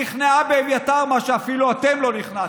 נכנעה באביתר, מה שאפילו אתם לא נכנעתם.